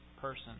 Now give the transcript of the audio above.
person